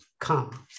come